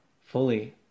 fully